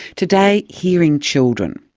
today hearing children.